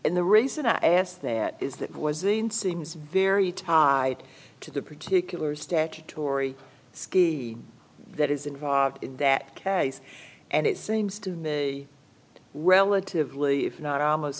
and the reason i asked that is that was seems very tied to the particular statutory ski that is involved in that case and it seems to me a relatively if not almost